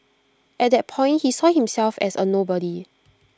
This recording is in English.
at that point he saw himself as A nobody